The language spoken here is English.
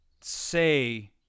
say